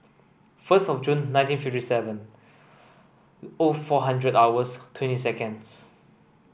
first of June nineteen fifty seven O four hundred hours twenty seconds